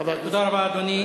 חבר הכנסת, תודה רבה, אדוני.